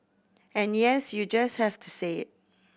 and yes you just have to say it